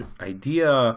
idea